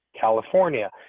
California